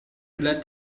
let